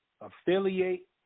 affiliate